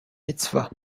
mitzvah